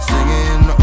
Singing